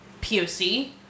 POC